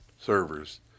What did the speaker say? servers